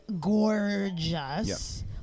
gorgeous